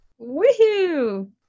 woohoo